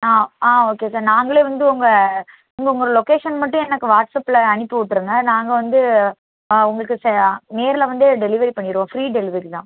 ஆ ஆ okay sir நாங்களே வந்து உங்கள் உங்கள் உங்கள் லொக்கேஷன் மட்டும் எனக்கு வாட்ஸ்அப்பில் அனுப்பி விட்ருங்க நாங்கள் வந்து உங்களுக்கு ச நேரில் வந்து டெலிவரி பண்ணிடுவோம் ஃப்ரீ டெலிவரி தான்